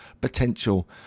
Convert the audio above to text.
potential